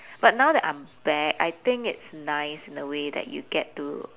but now that I'm back I think it's nice in a way that you get to